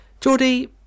Geordie